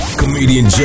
comedian